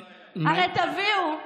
מאי,